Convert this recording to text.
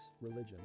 religion